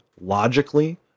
logically